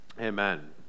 amen